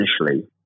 initially